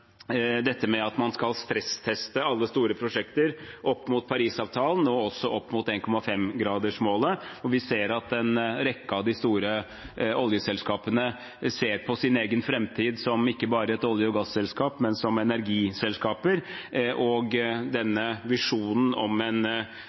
dette med at man skal stressteste alle store prosjekter opp mot Parisavtalen, og nå også opp mot 1,5-gradersmålet. Vi ser at en rekke av de store oljeselskapene ser på seg selv som ikke bare olje- og gasselskaper i framtiden, men også som energiselskaper. Denne visjonen om en videreutvikling og